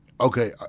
Okay